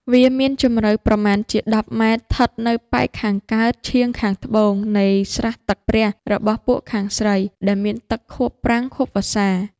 វាមានជម្រៅប្រមាណជា ១០ ម. ឋិតនៅប៉ែកខាងកើត ឆៀងខាងត្បូង នៃស្រះទឹកព្រះ របស់ពួកខាងស្រី ដែលមានទឹកខួបប្រាំងខួបវស្សា ។